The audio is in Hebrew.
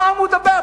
על מה הוא מדבר?